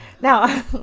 Now